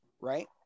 Right